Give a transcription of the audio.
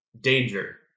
Danger